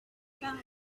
about